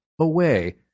away